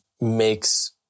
makes